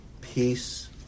peace